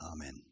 Amen